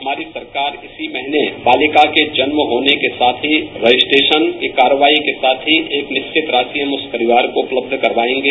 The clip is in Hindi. हमारी सरकार इसी महीने बालिका के जन्म होने के साथ ही रजिस्ट्रेशन की कार्रवाई के साथ ही एक निश्चित राशि उस परिवार को उपलब्ध करायेंगे